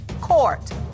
court